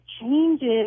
changes